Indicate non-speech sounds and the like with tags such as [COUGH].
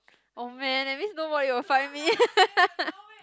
oh man that means nobody will find me [LAUGHS]